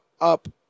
up